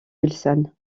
wilson